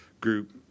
group